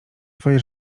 twoje